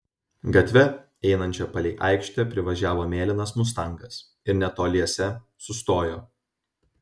gatve einančia palei aikštę privažiavo mėlynas mustangas ir netoliese sustojo